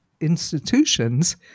institutions